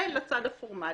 זה לצד הפורמאלי.